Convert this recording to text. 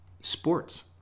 sports